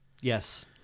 Yes